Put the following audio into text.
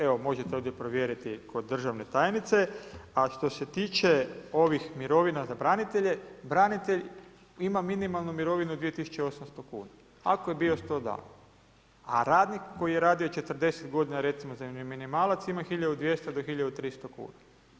Evo, možete ovdje provjeriti kod državne tajnice, a što ste tiče ovih mirovina za branitelje, branitelj ima minimalnu mirovinu 2800 kuna, ako je bio 100 dana, a radnik koji je radio 40 godina recimo za minimalac ima 1200-1300 kuna.